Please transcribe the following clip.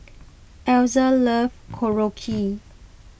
Elza love Korokke